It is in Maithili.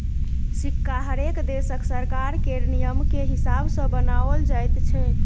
सिक्का हरेक देशक सरकार केर नियमकेँ हिसाब सँ बनाओल जाइत छै